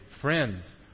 Friends